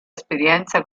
esperienza